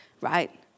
right